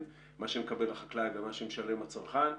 מה שמקבל החקלאי לבין מה שמשלם הצרכן.